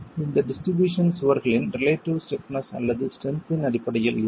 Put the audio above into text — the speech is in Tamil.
இந்த டிஸ்ட்ரிபியூஷன் சுவர்களின் ரிலேட்டிவ் ஸ்டிப்னஸ் அல்லது ஸ்ட்ரென்த் இன் அடிப்படையில் இருக்கும்